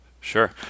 Sure